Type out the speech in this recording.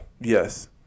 Yes